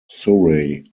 surrey